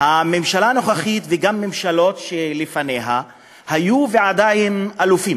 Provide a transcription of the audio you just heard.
הממשלה הנוכחית וגם הממשלות שלפניה היו והן עדיין אלופות